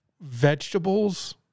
vegetables